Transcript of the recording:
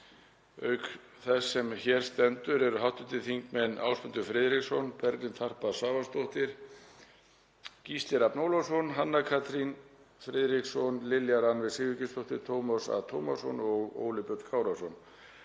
auk þess sem hér stendur, hv. þingmenn Ásmundur Friðriksson, Berglind Harpa Svavarsdóttir, Gísli Rafn Ólafsson, Hanna Katrín Friðriksson, Lilja Rannveig Sigurgeirsdóttir, Tómas A. Tómasson og Óli Björn Kárason.